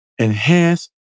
Enhance